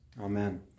Amen